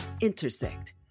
intersect